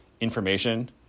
information